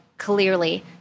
Clearly